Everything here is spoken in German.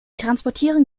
transportieren